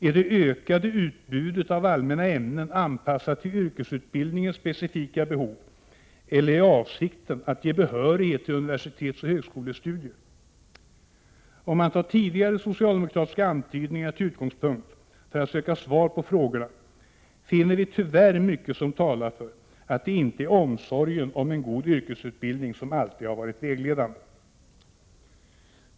Är det ökade utbudet av allmänna ämnen anpassat till yrkesutbildningens specifika behov eller är avsikten att ge behörighet till universitetsoch högskolestudier? Om man tar tidigare socialdemokratiska antydningar till utgångpunkt för att söka svar på frågorna finner vi tyvärr mycket som talar för att det inte alltid är omsorgen om en god yrkesutbildning som varit vägledande.